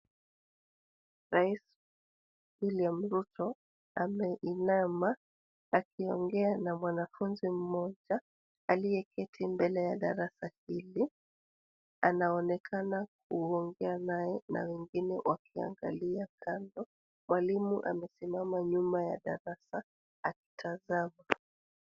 Rais William Ruto ameinama akiongea na mwanafunzi mmoja aliyeketi mbale ya darasa hili, anaonekana kuongea naye na wengine wakiangalia kando. Mwalimu amesimama nyuma ya darasa akitazama.